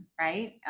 right